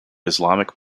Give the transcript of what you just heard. islamic